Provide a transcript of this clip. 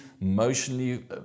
emotionally